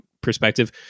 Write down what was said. perspective